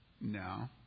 No